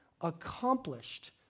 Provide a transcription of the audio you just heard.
accomplished